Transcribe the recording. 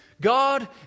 God